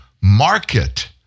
market